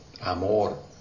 amor